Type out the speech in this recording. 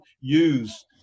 use